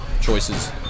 choices